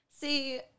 See